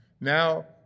Now